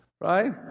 Right